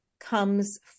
comes